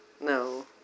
No